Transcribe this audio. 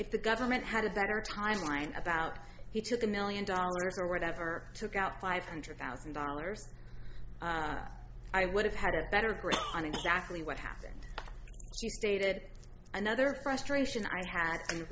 if the government had a better timeline about he took a million dollars or whatever took out five hundred thousand dollars i would have had a better grip on exactly what happened you stated another frustration i had